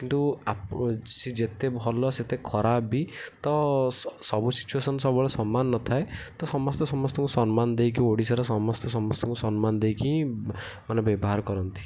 କିନ୍ତୁ ଆପ ସିଏ ଯେତେ ଭଲ ସେତେ ଖରାପ ବି ତ ସବୁ ସିଚୁଏସନ୍ ସବୁବେଳେ ସମାନ ନଥାଏ ତ ସମସ୍ତେ ସମସ୍ତଙ୍କୁ ସମ୍ମାନ ଦେଇକି ଓଡ଼ିଶାର ସମସ୍ତେ ସମସ୍ତଙ୍କୁ ସମ୍ମାନ ଦେଇକି ହିଁ ମାନେ ବ୍ୟବହାର କରନ୍ତି